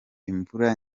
imvura